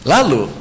Lalu